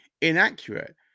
inaccurate